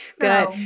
good